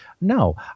No